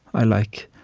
i like.